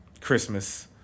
Christmas